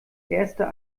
erster